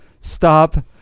Stop